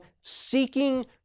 seeking